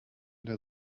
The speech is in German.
der